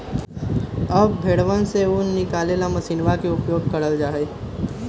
अब भेंड़वन से ऊन निकाले ला मशीनवा के उपयोग कइल जाहई